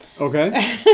Okay